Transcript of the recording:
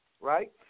right